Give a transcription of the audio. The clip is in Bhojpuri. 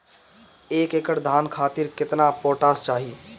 एक एकड़ धान खातिर केतना पोटाश चाही?